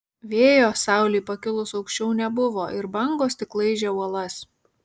vėjo saulei pakilus aukščiau nebuvo ir bangos tik laižė uolas